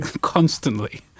constantly